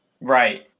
Right